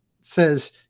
says